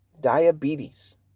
Diabetes